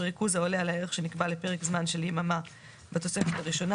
בריכוז העולה על הערך שנקבע לפרק זמן של יממה בתוספת הראשונה,